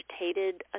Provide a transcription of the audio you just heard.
agitated